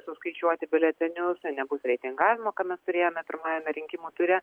suskaičiuoti biuletenius nebus reitingavimo ką mes turėjome pirmajame rinkimų ture